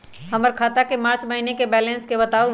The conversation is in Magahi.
हमर खाता के मार्च महीने के बैलेंस के बताऊ?